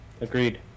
Agreed